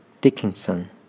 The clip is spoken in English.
Dickinson